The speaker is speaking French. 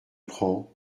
prend